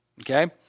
Okay